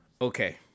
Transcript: Okay